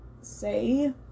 say